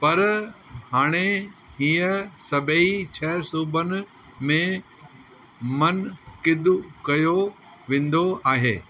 परि हाणे हीअ सभई छह सूबनि में मनिकिधू कयो वेंदो आहे